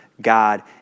God